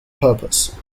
purpose